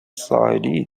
ساحلی